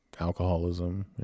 alcoholism